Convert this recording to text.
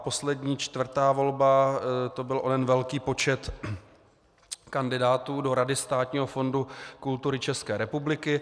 Poslední, čtvrtá volba, to byl onen velký počet kandidátů do Rady Státního fondu kultury České republiky.